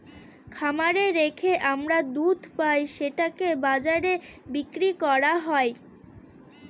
খামারে রেখে আমরা দুধ পাই সেটাকে বাজারে বিক্রি করা হয়